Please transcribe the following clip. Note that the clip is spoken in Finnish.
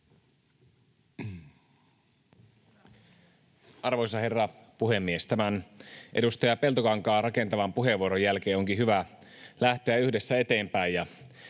Arvoisa herra puhemies! Tämän edustaja Peltokankaan rakentavan puheenvuoron jälkeen onkin hyvä lähteä yhdessä eteenpäin